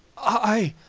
i!